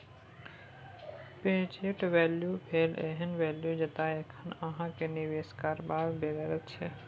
present value भेल एहन value जतय एखन अहाँ केँ निबेश करबाक बेगरता छै